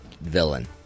villain